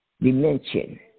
dimension